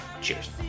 Cheers